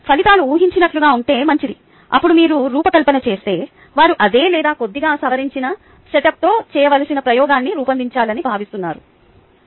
ఫలితాలు ఊహించినట్లుగా ఉంటే మంచిది అప్పుడు మీరు రూపకల్పన చేస్తే వారు అదే లేదా కొద్దిగా సవరించిన సెటప్తో చేయవలసిన ప్రయోగాన్ని రూపొందించాలని భావిస్తున్నారు